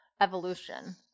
evolution